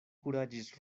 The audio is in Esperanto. kuraĝis